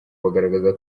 bagaragaza